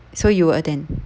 so you will attend